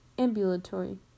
Ambulatory